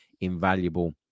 invaluable